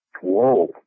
Whoa